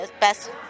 best